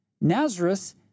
Nazareth